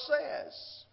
says